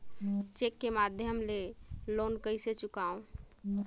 Cheque के माध्यम ले लोन कइसे चुकांव?